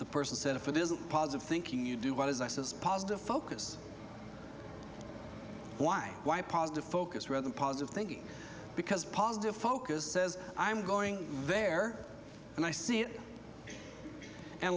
the person said if it isn't positive thinking you do what is isis positive focus why why positive focus rather positive thinking because positive focus says i'm going there and i see it and